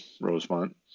Rosemont